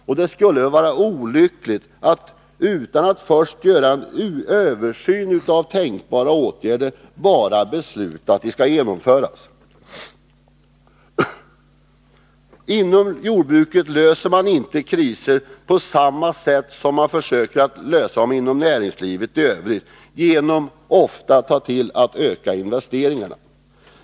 Och det skulle väl vara olyckligt att — utan att först göra en översyn av tänkbara åtgärder — bara besluta om att de skall genomföras. Inom jordbruket löser man inte kriser på samma sätt som man ofta försöker lösa dem på inom näringslivet i övrigt, genom att öka investeringarna.